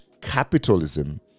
capitalism